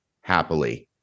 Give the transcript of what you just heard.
happily